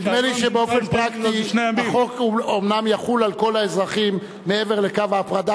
נדמה לי שבאופן פרקטי החוק אומנם יחול על כל האזרחים מעבר לקו ההפרדה,